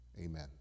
Amen